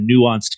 nuanced